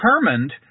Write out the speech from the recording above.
determined